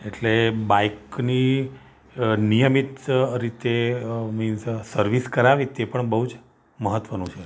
એટલે બાઇકની નિયમિત રીતે મીન્સ સર્વિસ કરાવવી તે પણ બહુ જ મહત્ત્વનું છે